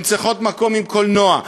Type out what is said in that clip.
הן צריכות מקום עם קולנוע,